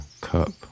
cup